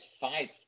five